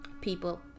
people